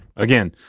again,